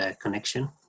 connection